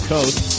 Coast